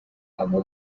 abo